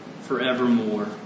forevermore